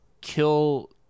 kill